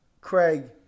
Craig